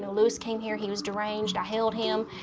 lewis came here. he was deranged. i held him.